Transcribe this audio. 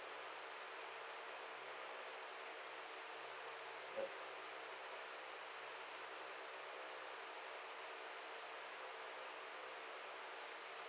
ya